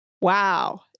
Wow